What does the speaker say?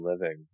living